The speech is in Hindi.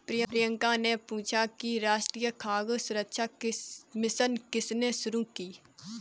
प्रियंका ने पूछा कि राष्ट्रीय खाद्य सुरक्षा मिशन किसने शुरू की?